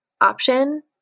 option